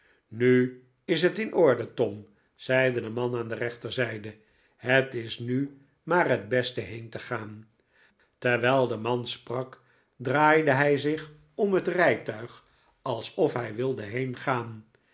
nu is het in orde tom zeide de man aan de rechterzijde het is nu maar het beste heen te gaan terwyl de man sprak draaide hij zich om het rytuig alsof hij wilde heengaan